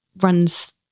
runs